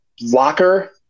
locker